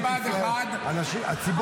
כשהייתי מפקד בה"ד 1 -- הציבור רואה אותך